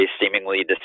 seemingly